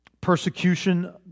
persecution